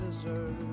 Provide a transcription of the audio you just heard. deserve